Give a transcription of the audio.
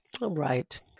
Right